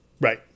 Right